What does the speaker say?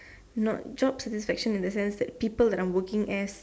not job satisfaction in that sense that people that I'm working as